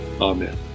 Amen